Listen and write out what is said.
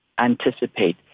anticipate